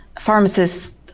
pharmacists